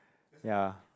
ya